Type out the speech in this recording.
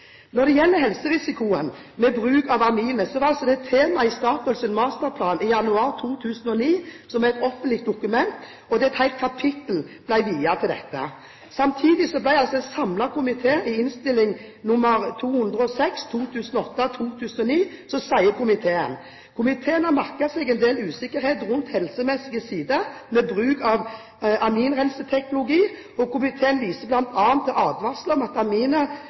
Når det gjelder helserisikoen ved bruk av aminer, var det tema i Statoils masterplan i januar 2009, et offentlig dokument der et helt kapittel ble viet til dette. Samtidig sa en samlet komité i Innst. S. nr. 206 for 2008–2009: «Komiteen har merket seg en del usikkerhet rundt helsemessige sider ved bruk av aminrenseteknologien. Komiteen viser blant annet til advarsler om at